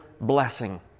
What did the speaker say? blessing